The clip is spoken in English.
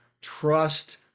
trust